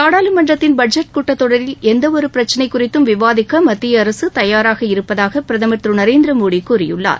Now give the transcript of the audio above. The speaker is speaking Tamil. நாடாளுமன்றத்தின் பட்ஜெட் கூட்டத் தொடரில் எந்தவொரு பிரச்சினை குறித்தும் விவாதிக்க மத்திய அரசு தயாராக இருப்பதாக பிரதமர் திரு நரேந்திரமோடி கூறியுள்ளார்